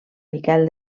miquel